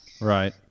right